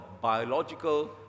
biological